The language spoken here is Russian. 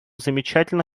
замечательно